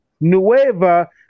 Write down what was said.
Nueva